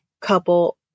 couple